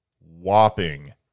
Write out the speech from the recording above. whopping